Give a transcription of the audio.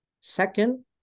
Second